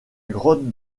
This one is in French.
grotte